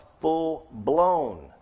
full-blown